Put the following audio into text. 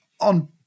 on